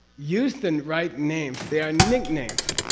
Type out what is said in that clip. use the and right names they are nicknames.